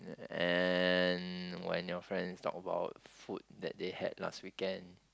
and when your friends talk about food that they had last weekend